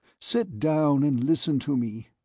sit down and listen to me.